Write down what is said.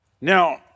Now